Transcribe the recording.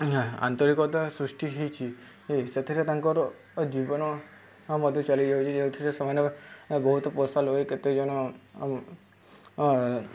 ଆନ୍ତରିକତା ସୃଷ୍ଟି ହେଇଛି ଏ ସେଥିରେ ତାଙ୍କର ଜୀବନ ମଧ୍ୟ ଚାଲିଯାଉଛି ଯେଉଁଥିରେ ସେମାନେ ବହୁତ ପଇସା ଲଗେଇ କେତେଜଣ